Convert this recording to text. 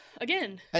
again